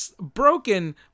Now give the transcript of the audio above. broken